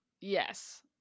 Yes